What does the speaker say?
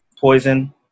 Poison